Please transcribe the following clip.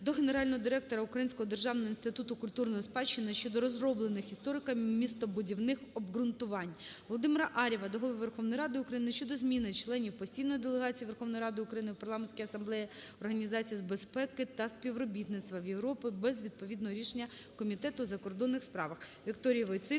до генерального директора Українського державного інституту культурної спадщини щодо розробленихісторико-містобудівних обґрунтувань. Володимира Ар'єва до Голови Верховної Ради України щодо заміни членів постійної делегації Верховної Ради України у Парламентській асамблеї Організації з безпеки та співробітництва в Європі без відповідного рішення Комітету у закордонних справах.